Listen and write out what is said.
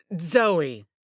Zoe